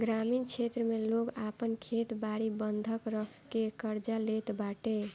ग्रामीण क्षेत्र में लोग आपन खेत बारी बंधक रखके कर्जा लेत बाटे